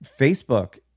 Facebook